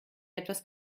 etwas